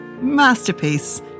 Masterpiece